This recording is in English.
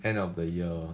end of the year